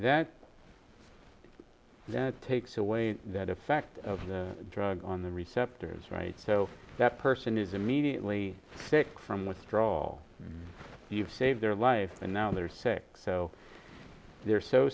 that that takes away that effect of the drug on the receptor is right so that person is immediately sick from withdrawal you've saved their life and now they're sick so they're so